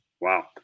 Wow